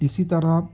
اسی طرح